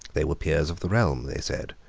they were peers of the realm, they said.